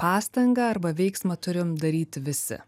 pastangą arba veiksmą turim daryti visi